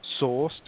sourced